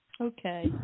Okay